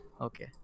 Okay